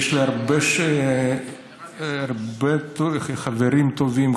יש לי הרבה חברים טובים,